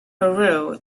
peru